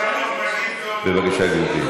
אז שלום חנוך, נגיד לו, בבקשה, גברתי.